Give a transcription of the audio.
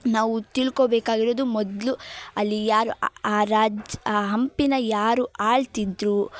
ನಾವು ತಿಳ್ಕೊಬೇಕಾಗಿರುದು ಮೊದಲು ಅಲ್ಲಿ ಯಾರು ಆ ಆ ರಾಜ ಆ ಹಂಪಿನ ಯಾರು ಆಳ್ತಿದ್ದರು